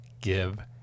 give